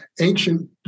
ancient